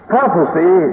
Prophecy